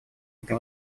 для